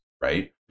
right